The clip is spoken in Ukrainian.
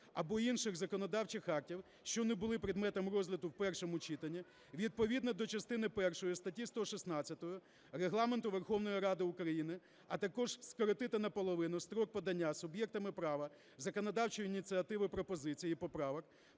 або інших законодавчих актів, що не були предметом розгляду в першому читанні, відповідно до частини першої статті 116 Регламенту Верховної Ради України, а також скоротити наполовину строк подання суб'єктами права законодавчої ініціативи пропозицій і поправок